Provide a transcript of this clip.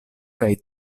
kaj